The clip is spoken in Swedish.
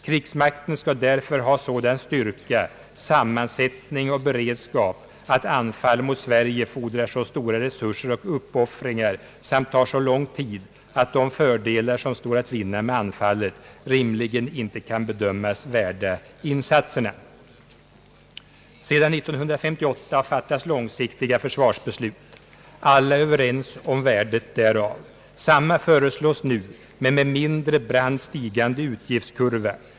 Krigsmakten skall därför ha sådan styrka, sammansättning och beredskap att anfall mot Sverige fordrar så stora resurser och uppoffringar samt tar så lång tid att de fördelar som står att vinna med an fallet rimligen inte kan bedömas värda insatserna.» Sedan år 1958 har fattats långsiktiga försvarsbeslut. Alla är överens om värdet därav. Detsamma föreslås nu men med mindre brant stigande utgiftskurva.